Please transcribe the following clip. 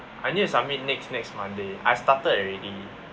I need to submit next next monday I started already